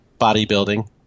bodybuilding